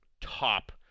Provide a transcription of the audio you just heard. top